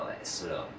slow